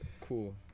cool